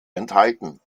enthalten